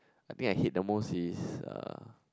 I think I hate the most is uh